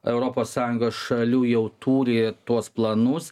europos sąjungos šalių jau turi tuos planus